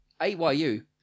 AYU